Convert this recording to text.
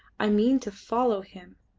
i mean to follow him.